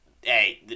hey